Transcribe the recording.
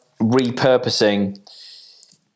repurposing